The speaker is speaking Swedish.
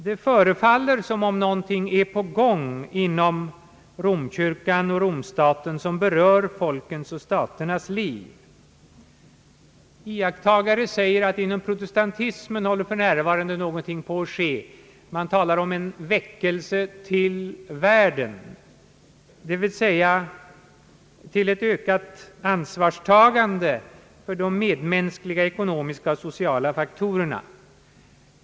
Det förefaller som om någonting är på gång inom Romkyrkan och Vatikanstaten, som berör folkens och staternas liv. Iakttagare säger att för närvarande någonting håller på att ske inom protestantismen; man talar om en »väckelse till världen», d. v. s. till ett ökat ansvarstagande för de medmänskliga ekonomiska och sociala faktorerna.